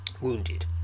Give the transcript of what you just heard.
Wounded